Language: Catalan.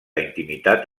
intimitat